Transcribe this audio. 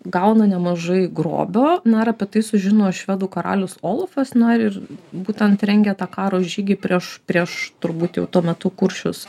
gauna nemažai grobio na ir apie tai sužino švedų karalius olafas na ir būtent rengė tą karo žygį prieš prieš turbūt jau tuo metu kuršius